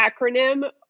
acronym